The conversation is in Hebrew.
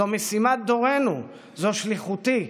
זו משימת דורנו, זו שליחותי.